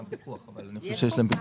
אני חוזר מבחינת המצב